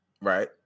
Right